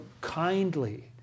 kindly